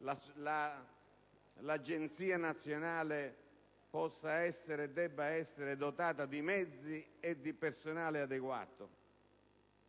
l'Agenzia nazionale possa e debba essere dotata di mezzi e di personale adeguato.